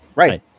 Right